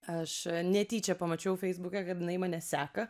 aš netyčia pamačiau feisbuke kad jinai mane seka